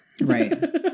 right